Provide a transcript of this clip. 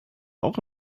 auch